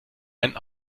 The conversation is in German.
einen